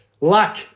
luck